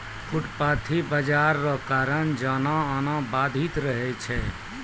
फुटपाटी बाजार रो कारण जेनाय एनाय बाधित रहै छै